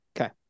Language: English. Okay